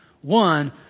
One